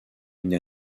une